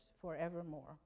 forevermore